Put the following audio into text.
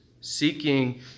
seeking